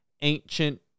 ancient